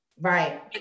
Right